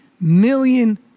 million